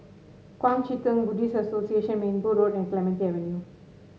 Kuang Chee Tng Buddhist Association Minbu Road and Clementi Avenue